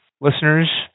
Listeners